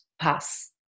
pass